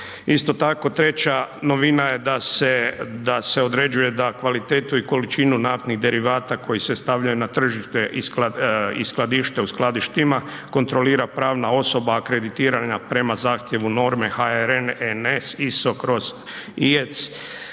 Isto tako, treća novina je da se određuje da kvalitetu i količinu naftnih derivata koji se stavljaju na tržište i skladište u skladištima, kontrolira pravna osoba akreditirana prema zahtjevu norme HRN NS ISO/IEC